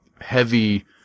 heavy